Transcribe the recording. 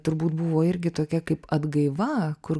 turbūt buvo irgi tokia kaip atgaiva kur